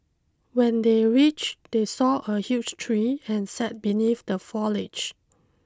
when they reached they saw a huge tree and sat beneath the foliage